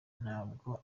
ntabwo